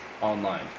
online